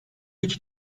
iki